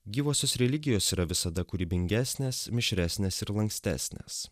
gyvosios religijos yra visada kūrybingesnės mišresnės ir lankstesnės